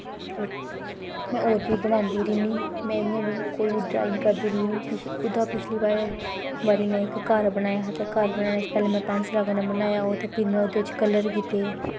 में होर बी बनांदी रौह्नी में इ'यां बी कोई ड्राईंग करदी रौह्नी ओह्दै शा पिछली बारी में घर बनाया हा ते घर बनाने च पैह्ले में पैंसलै नै बनाया ते फ्ही में ओह्दे च कल्लर कीते